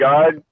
God